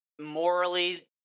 morally